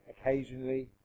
occasionally